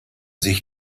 sich